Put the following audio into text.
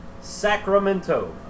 Sacramento